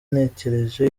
natekereje